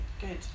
Good